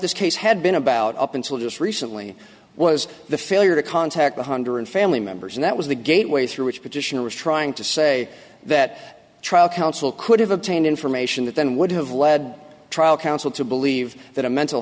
this case had been about up until just recently was the failure to contact one hundred family members and that was the gateway through which petition was trying to say that trial counsel could have obtained information that then would have led trial counsel to believe that a mental